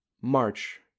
March